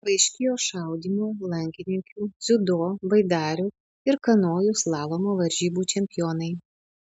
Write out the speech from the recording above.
paaiškėjo šaudymo lankininkių dziudo baidarių ir kanojų slalomo varžybų čempionai